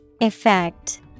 Effect